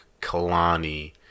Kalani